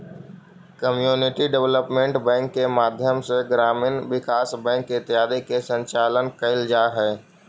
community development bank के माध्यम से ग्रामीण विकास बैंक इत्यादि के संचालन कैल जा हइ